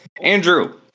Andrew